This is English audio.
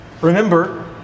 Remember